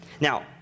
Now